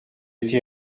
été